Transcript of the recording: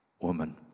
woman